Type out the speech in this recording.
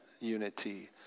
unity